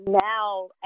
now